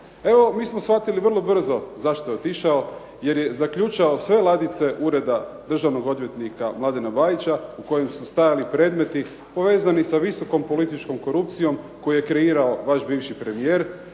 Evo mi smo shvatili vrlo brzo zašto je otišao, jer je zaključao sve ladice Ureda državnog odvjetnika Mladena Bajića u kojem su stajali predmeti povezani sa visokom političkom korupcijom koju je kreirao vaš bivši premijer,